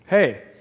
Hey